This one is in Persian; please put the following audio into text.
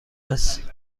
است